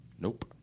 Nope